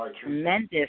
tremendous